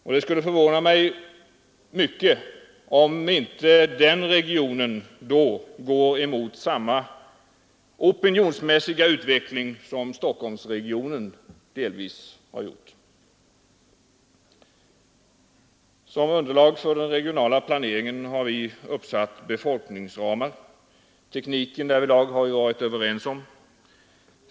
Och då skulle det förvåna mig mycket, om inte regionen går mot samma opinionsmässiga utveckling som Stockholmsregionen delvis har gjort. Som underlag för den regionala planeringen har vi uppsatt befolkningsramar. Då har vi varit överens om tekniken.